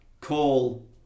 call